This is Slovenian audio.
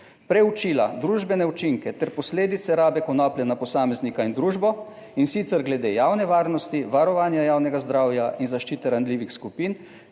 preučila družbene učinke ter posledice rabe konoplje na posameznika in družbo, in sicer glede javne varnosti, varovanja javnega zdravja in zaščite ranljivih skupin